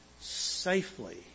safely